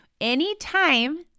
Anytime